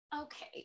Okay